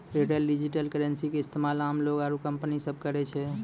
retail digital currency के इस्तेमाल आम लोग आरू कंपनी सब करै छै